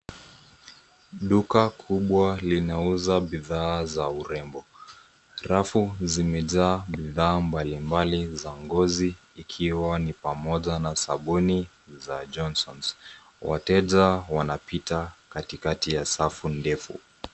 Duka kubwa linauza bidhaa za urembo .Rafu zimejaa bidhaa mbali mbali za ngozi, ikiwa ni pamoja na sabuni za Johnson's. Wateja wanapita Kati kati ya safu ndefu.